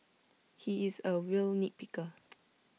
he is A real nit picker